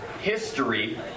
history